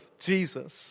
Jesus